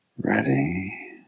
Ready